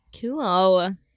Cool